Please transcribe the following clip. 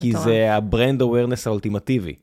כי זה הברנד אווירנס האולטימטיבי.